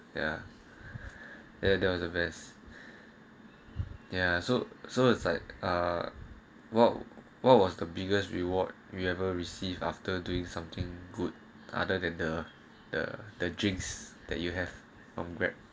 ya ya that was the best ya so so it's like uh what what was the biggest reward you ever receive after doing something good other than the the the drinks that you have on grab